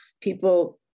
people